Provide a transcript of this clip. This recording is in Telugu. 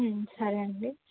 సరే అండి